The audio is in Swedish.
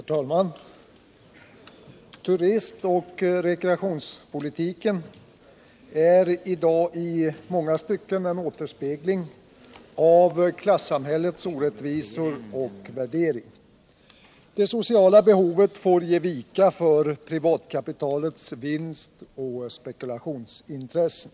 Herr talman! Turistoch rekreationspolitiken är i dag i många stycken en återspegling av klassamhällets orättvisor och värdering. Det sociala behovet får ge vika för privatkapitalets vinstoch spekulationsintressen.